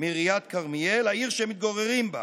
מעיריית כרמיאל, העיר שהם מתגוררים בה.